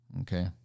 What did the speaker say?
okay